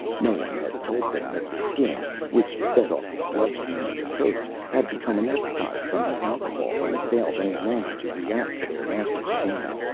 no one had told them that the skins, which fed off the bloodstream of their hosts, had become anesthetized from the alcohol and failed any longer to react to their master skin.